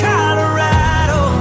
Colorado